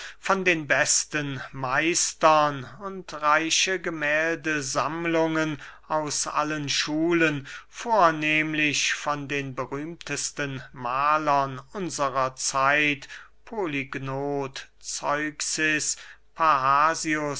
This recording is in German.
von den besten meistern und reiche gemähldesammlungen aus allen schulen vornehmlich von den berühmtesten mahlern unserer zeit polygnot zeuxis